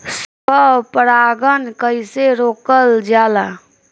स्व परागण कइसे रोकल जाला?